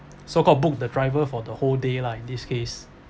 so called book the driver for the whole day lah in this case